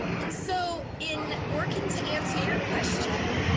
and so, in working to answer your question,